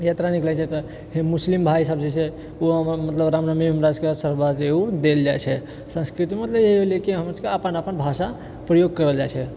यात्रा निकलै छै तऽ मुस्लिम भाइ सब जे छै ओ हमर मतलब रामनवमीमे हमरा सबकेँ देल जाए छै संस्कृति मतलब ओएह भेलै कि हमर अपन अपन भाषा प्रयोग करल जाए छै